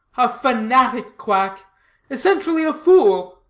a fanatic quack essentially a fool,